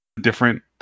different